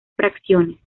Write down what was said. facciones